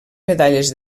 medalles